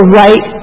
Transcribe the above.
right